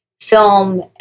film